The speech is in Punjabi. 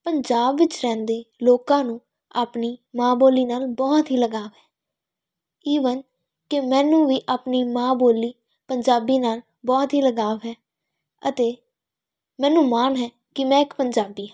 ਪੰਜਾਬ ਵਿੱਚ ਰਹਿੰਦੇ ਲੋਕਾਂ ਨੂੰ ਆਪਣੀ ਮਾਂ ਬੋਲੀ ਨਾਲ ਬਹੁਤ ਹੀ ਲਗਾਅ ਹੈ ਈਵਨ ਕਿ ਮੈਨੂੰ ਵੀ ਆਪਣੀ ਮਾਂ ਬੋਲੀ ਪੰਜਾਬੀ ਨਾਲ ਬਹੁਤ ਹੀ ਲਗਾਅ ਹੈ ਅਤੇ ਮੈਨੂੰ ਮਾਣ ਹੈ ਕਿ ਮੈਂ ਇੱਕ ਪੰਜਾਬੀ ਹਾਂ